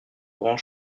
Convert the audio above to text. grand